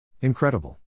Incredible